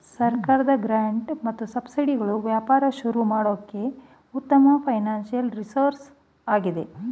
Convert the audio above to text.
ಸರ್ಕಾರದ ಗ್ರಾಂಟ್ ಮತ್ತು ಸಬ್ಸಿಡಿಗಳು ವ್ಯಾಪಾರ ಶುರು ಮಾಡೋಕೆ ಉತ್ತಮ ಫೈನಾನ್ಸಿಯಲ್ ರಿಸೋರ್ಸ್ ಆಗಿದೆ